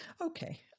Okay